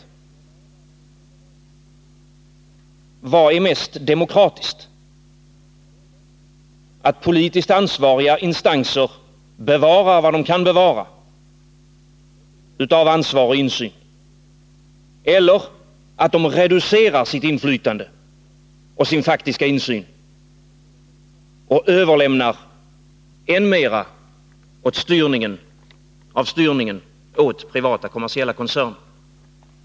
Vad är mest demokratiskt — att politiskt ansvariga instanser bevarar vad de kan bevara av ansvar och insyn, eller att de reducerar sitt inflytande och sin faktiska insyn och överlämnar än mera av styrningen åt privata kommersiella koncerner?